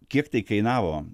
kiek tai kainavo